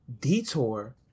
detour